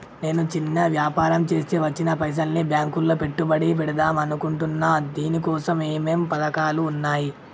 నేను చిన్న వ్యాపారం చేస్తా వచ్చిన పైసల్ని బ్యాంకులో పెట్టుబడి పెడదాం అనుకుంటున్నా దీనికోసం ఏమేం పథకాలు ఉన్నాయ్?